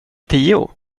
tio